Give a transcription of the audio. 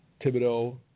Thibodeau